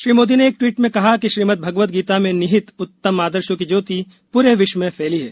श्री मोदी ने एक दवीट में कहा कि श्रीमद भगवद गीता में निहित उत्तम आदशोँ की ज्योति पूरे विश्व में फैली है